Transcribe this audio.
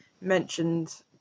mentioned